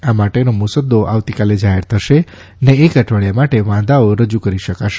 આ માટેનો મુસદ્દો આવતીકાલે જાહેર થશે ને એક અઠવાડીયા માટે વાંધાઓ રજુ કરી શકાશે